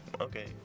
okay